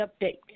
update